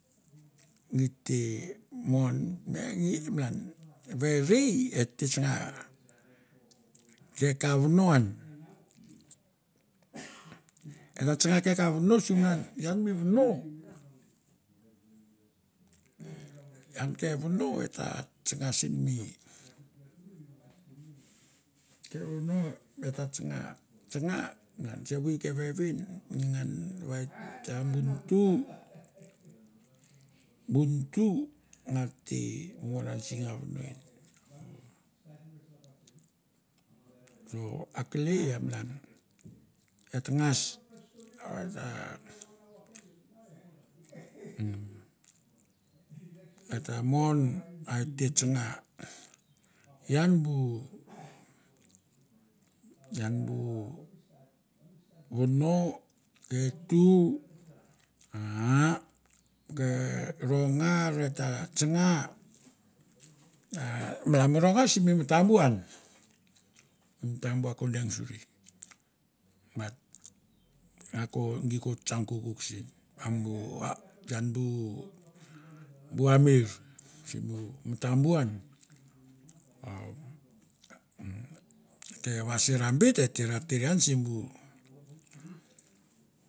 Git te mon nge ngi malan veh ete tsana ke ka vono ian e ta tsana ke ka vono sim vanan ian mi vono ian ke vono e ta tsana sein mi ke vono e ta tsana tsana malan sevoi ke vevin mengan va e ta bu nutu, bu nutu ngat te mon si ke nga vono en. So akelei amalan, e ta ngas a e ta. mmm e ta mon a e te tsana. Ian bu. Ian bu vono, ke tu aaah ke vangar e ta tsana, a malan mi rongan simi matambu ian. Mi matabu ako deng surie. Bu ako gie ko tsang kokouk sien. A bu ian bu ameir simbu matambu ian. Ummmm okay vasir a beit e te ta tere ian sibu